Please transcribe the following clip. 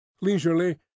Leisurely